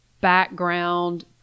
background